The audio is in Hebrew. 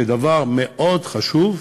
כדבר מאוד חשוב,